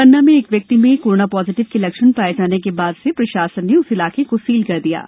पन्ना में एक व्यक्ति में कोरोना पॉजिटिव के लक्षण पाए जाने के बाद से प्रशासन ने उस इलाके को सील कर दिया गया है